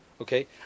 okay